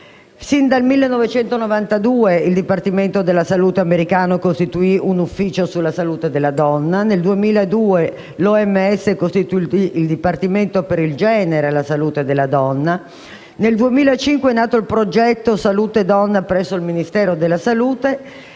Sin dal 1992 il Dipartimento della salute americano costituì un ufficio sulla salute della donna; nel 2002 l'OMS costituì il Dipartimento per il genere e la salute della donna; nel 2005 è nato il Progetto salute donna presso il Ministero della salute